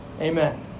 Amen